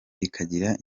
bikagira